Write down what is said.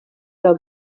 del